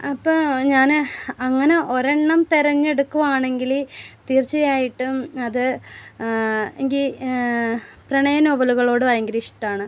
അപ്പോൾ ഞാൻ അങ്ങനെ ഒരെണ്ണം തിരഞ്ഞെടുക്കുകയാണെങ്കിൽ തീർച്ചയായിട്ടും അത് എങ്കിൽ പ്രണയനോവലുകളോട് ഭയങ്കര ഇഷട്ടമാണ്